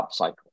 upcycle